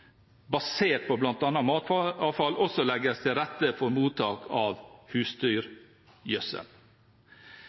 basert på bl.a. matavfall også legges til rette for mottak av